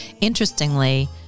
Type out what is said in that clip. interestingly